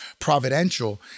providential